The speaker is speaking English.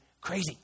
crazy